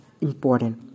important